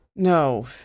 No